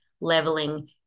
leveling